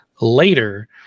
later